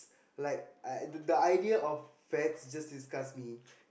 like I the the idea of fats just disgust me